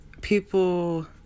people